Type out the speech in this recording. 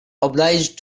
obliged